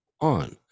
on